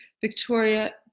Victoria